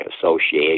Association